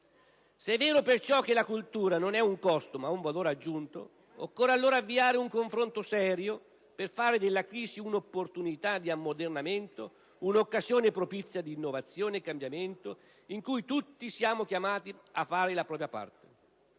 Se è vero, perciò, che la cultura non è un costo, ma un valore aggiunto, occorre avviare un confronto serio per fare della crisi un'opportunità di ammodernamento, un'occasione propizia di innovazione e cambiamento in cui tutti siamo chiamati a fare la propria parte.